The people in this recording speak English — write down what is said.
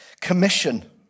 commission